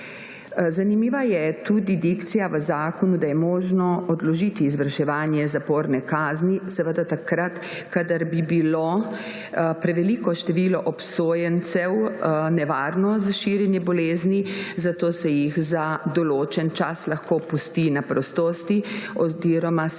Zanimiva je tudi dikcija v zakonu, da je možno odložiti izvrševanje zaporne kazni, seveda takrat, kadar bi bilo preveliko število obsojencev nevarno za širjenje bolezni, zato se jih za določen čas lahko pusti na prostosti oziroma se